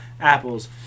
apples